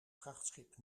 vrachtschip